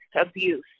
abuse